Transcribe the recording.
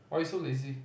why you so lazy